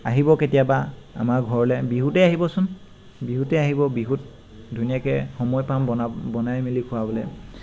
আহিব কেতিয়াবা আমাৰ ঘৰলৈ বিহুতে আহিবচোন বিহুতে আহিব বিহুত ধুনীয়াকৈ সময় পাম বনাব বনাই মেলি খুৱাবলৈ